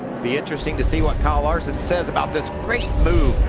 be interesting to see what kyle larson says about this great move.